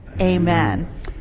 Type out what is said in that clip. Amen